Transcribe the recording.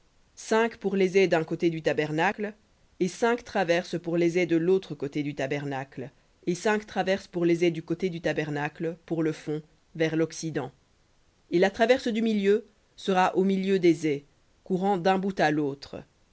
cinq pour les ais d'un côté du tabernacle et cinq traverses pour les ais de l'autre côté du tabernacle et cinq traverses pour les ais du côté du tabernacle pour le fond vers loccident et la traverse du milieu sera au milieu des ais courant d'un bout à l'autre